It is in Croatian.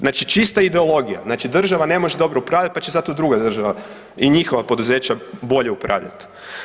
Znači čista ideologija, znači država ne može dobro upravljati pa će zato država i njihova poduzeća bolje upravljat.